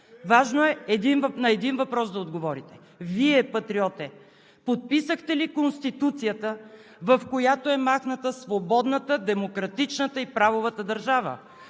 Важно е да отговорите на един въпрос: Вие, Патриоте, подписахте ли Конституцията, в която е махната свободната, демократичната и правовата държава?